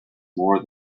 more